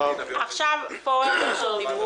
אחרי זה תסביר לבוחרים שלך,